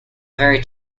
very